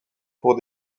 pour